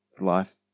life